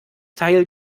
teil